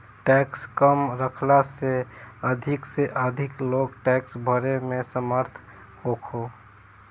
tax कम रखला से अधिक से अधिक लोग टैक्स भरे में समर्थ होखो